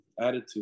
attitude